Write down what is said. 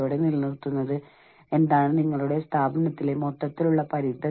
കൂടാതെ ഞാൻ കുറച്ച് ഗവേഷണ പ്രബന്ധങ്ങളും ഉപയോഗിച്ചു